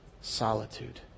solitude